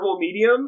medium